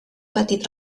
patit